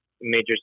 major